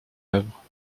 œuvre